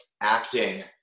acting